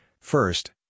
First